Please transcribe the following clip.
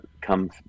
come